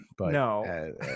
No